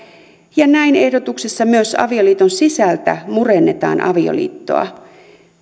ja näin ehdotuksessa myös avioliiton sisältä murennetaan avioliittoa